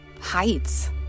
heights